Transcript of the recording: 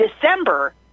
December